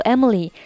Emily